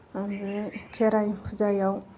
ओमफ्राय खेराय फुजायाव